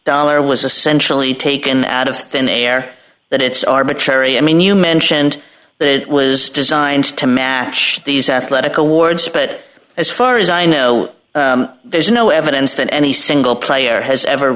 dollars was essentially taken out of thin air that it's arbitrary i mean you mentioned it was designed to match these athletic awards but as far as i know there's no evidence that any single player has ever